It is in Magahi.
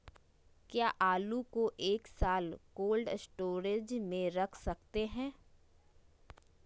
क्या आलू को एक साल कोल्ड स्टोरेज में रख सकते हैं?